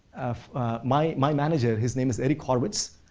my my manager, his name is eric horvitz.